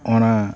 ᱚᱱᱟ